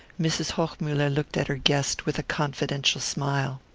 mrs. hochmuller looked at her guest with a confidential smile.